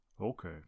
Okay